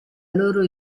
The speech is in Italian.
loro